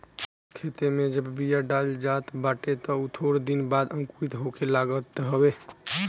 खेते में जब बिया डालल जात बाटे तअ उ थोड़ दिन बाद अंकुरित होखे लागत हवे